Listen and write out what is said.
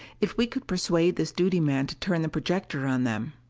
if we could persuade this duty man to turn the projector on them!